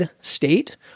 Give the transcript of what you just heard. state